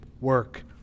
work